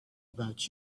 about